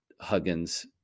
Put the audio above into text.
Huggins